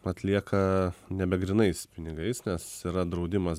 atlieka nebe grynais pinigais nes yra draudimas